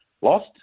lost